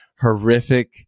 horrific